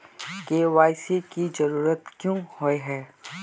KYC की जरूरत क्याँ होय है?